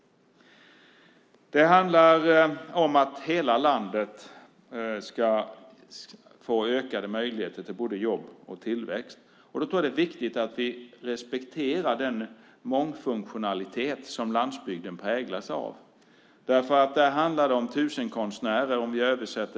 Det handlar om att hela landet ska få ökade möjligheter till jobb och tillväxt. Då är det viktigt att vi respekterar den mångfunktionalitet som landsbygden präglas av. Där handlar det om tusenkonstnärer.